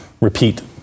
repeat